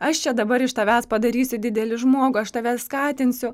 aš čia dabar iš tavęs padarysiu didelį žmogų aš tave skatinsiu